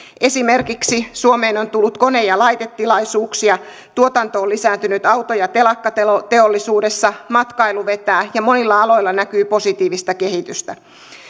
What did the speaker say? esimerkiksi suomeen on tullut kone ja laitetilauksia tuotanto on lisääntynyt auto ja telakkateollisuudessa matkailu vetää ja monilla aloilla näkyy positiivista kehitystä